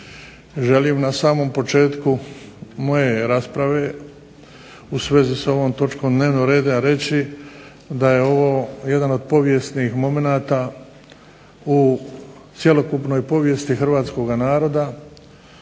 želim na samom početku moje rasprave u svezi s ovom točkom dnevnog reda reći da je ovo jedan od povijesnih momenata u cjelokupnoj povijesti hrvatskoga naroda